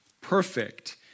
perfect